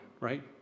right